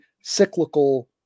cyclical